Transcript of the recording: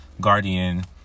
guardian